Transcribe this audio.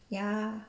ya